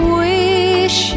wish